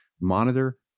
monitor